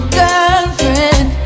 girlfriend